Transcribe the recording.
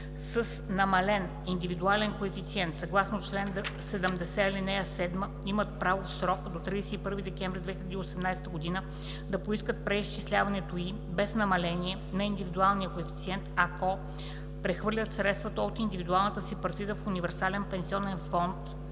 с намален индивидуален коефициент съгласно чл. 70, ал. 7, имат право в срок до 31 декември 2018 г. да поискат преизчисляването й без намаление на индивидуалния коефициент, ако прехвърлят средствата от индивидуалната си партида в универсален пенсионен фонд